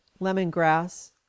lemongrass